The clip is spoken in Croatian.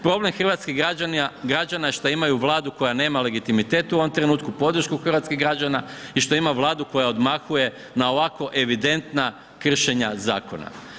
Problem hrvatskih građana je šta imaju vladu koja nema legitimitet u ovom trenutku, podršku hrvatskih građana i što imaju vladu koja odmahuje na ovako evidentna kršenja zakona.